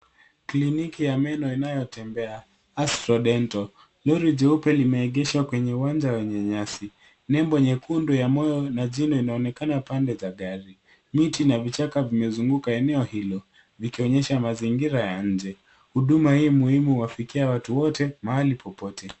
Kliniki ya meno inayotembea astro dental . Lori jeupe limegeshwa kwenye uwanja wenye nyasi, nembo nyekundu ya moyo na jino inaonekana pande za gari. Miti na vichaka vimezunguka eneo hilo, vikionyesha mazingira ya nje. Huduma hii muhimu huwafikia watu wote, mahali popote.